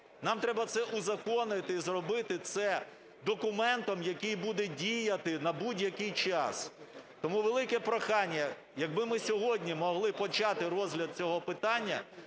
Нам треба це узаконити і зробити це документом, який буде діяти на будь-який час. Тому велике прохання, якби ми сьогодні могли почати розгляд цього питання,